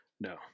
No